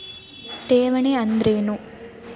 ಠೇವಣಿ ಅಂದ್ರೇನು?